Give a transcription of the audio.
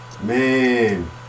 Man